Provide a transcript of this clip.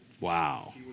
Wow